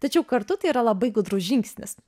tačiau kartu tai yra labai gudrus žingsnis